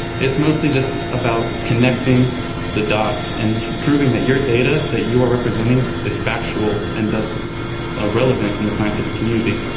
it's mostly just about connecting the dots and proving that your data that you are representing is factual and thus ah relevant in the scientific community.